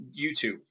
YouTube